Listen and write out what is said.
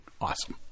Awesome